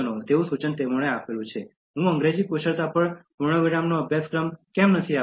તેથી આપેલું સૂચન એ હતું કે હું અંગ્રેજી કુશળતા પર પૂર્ણ અભ્યાસક્રમ કેમ નથી આપતો